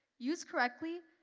used correctly,